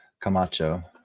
Camacho